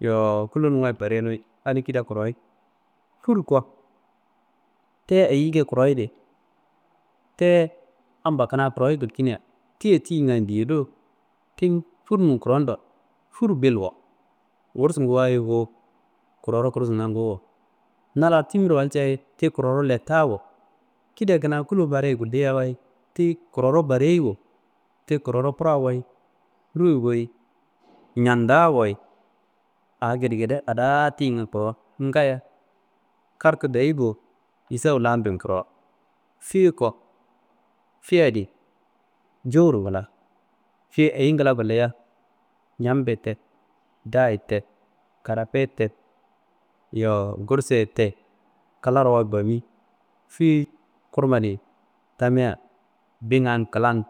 Yo kulonumma barenimi adi kida koreye. Fur ko tiye koroyedi kuna ampa kuna kuroye gulkina tiye tiyingan diyedo, ti furi n koro ndo fur bilwo, gusunguwayi guwu, kororo gursunga guwo, na laro timirowalca ye kororo ti lettawo, kida kuna kulo bareye gulleyawaye tiyi kororo bareyiwo, tiyi kororo kurawo ye, kuruwo ye, kurowo ye, ñandawo ye, a gedegede kada tiyingan koro ngayo kartu dayi bo isawu lanbe koro. Fie ko, fie adi jowuro ngila, fie eyiro ngila gulliya, ñambe te, da- ye te, karafi ye te, yo gursu ye te, klarowa bami, fie kurma adi tamia bingan klan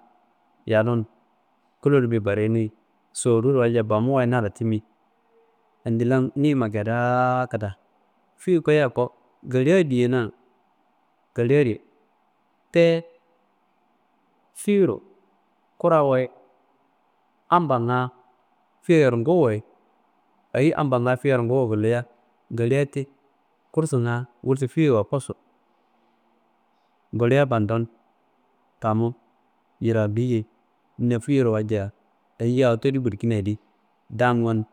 yadun kulonum ye bareni, soriro walca bamuwayi naro timiyi, andilan nima kada kida. Fie koyiya ko gela diyenan gela di tiye fiero kuawo ye, ampanga fieyaro nguwo ye, eyi ampanga fieyaro ngufuwo ngulia gela ti gursunga, gursu fieyaro kosu gelia fandun bamu yiraliye nefiyearo walca eyinguye awo tedi gulkina yedi dangu n